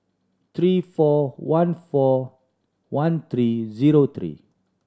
three four one four one three zero three